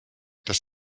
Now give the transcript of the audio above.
dass